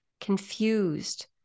confused